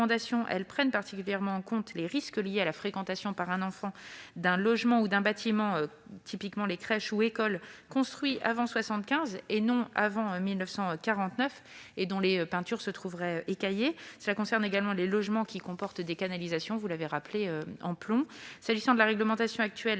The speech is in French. prennent particulièrement en compte les risques liés à la fréquentation par un enfant d'un logement ou d'un bâtiment- notamment une crèche ou une école -construit avant 1975, et non avant 1949, et dont les peintures seraient écaillées. Cela concerne également les logements qui comportent des canalisations en plomb. S'agissant de la réglementation actuelle